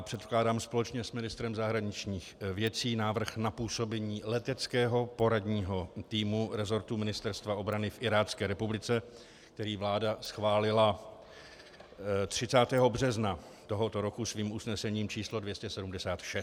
Předkládám společně s ministrem zahraničních věcí návrh na působení Leteckého poradního týmu rezortu Ministerstva obrany v Irácké republice, který vláda schválila 30. března tohoto roku svým usnesením číslo 276.